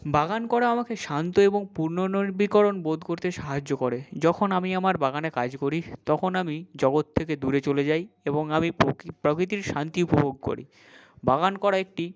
বাগান করা আমাকে শান্ত এবং পুনর্নবীকরণ বোধ করতে সাহায্য করে যখন আমি আমার বাগানে কাজ করি তখন আমি জগৎ থেকে দূরে চলে যাই এবং আমি প্রকৃতির শান্তি উপভোগ করি বাগান করা একটি